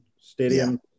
stadium